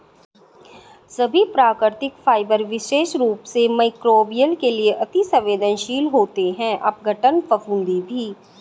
सभी प्राकृतिक फाइबर विशेष रूप से मइक्रोबियल के लिए अति सवेंदनशील होते हैं अपघटन, फफूंदी भी